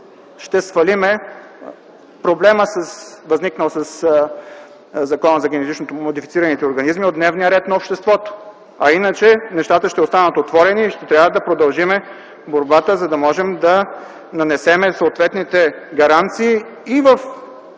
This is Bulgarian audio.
ще свалим проблема, възникнал със Закона за генетично модифицираните организми от дневния ред на обществото. Иначе нещата ще останат отворени и ще трябва да продължим борбата, за да можем да нанесем съответните гаранции и в